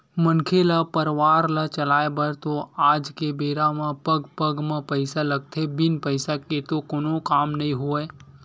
मनखे ल परवार ल चलाय बर तो आज के बेरा म पग पग म पइसा लगथे बिन पइसा के तो कोनो काम नइ होवय